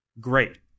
great